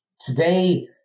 today